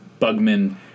Bugman